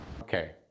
Okay